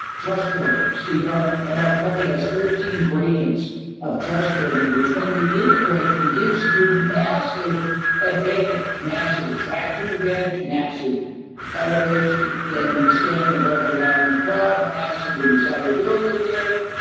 trust building. stephen m. r. covey has thirteen gradients of trust building, which when you integrate them, gives you massive advantage, massive attraction advantage, massive elevation in standing above the maddening crowd, massive in desirability advantage.